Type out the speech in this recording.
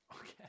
Okay